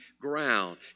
ground